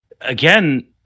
again